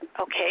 okay